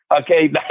Okay